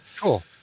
cool